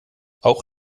auch